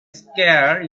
scare